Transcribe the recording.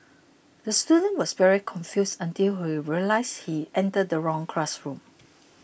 the student was very confused until he realised he entered the wrong classroom